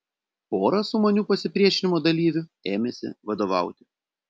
pora sumanių pasipriešinimo dalyvių ėmėsi vadovauti